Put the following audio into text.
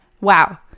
Wow